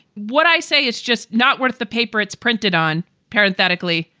what i say, it's just not worth the paper it's printed on. parenthetically,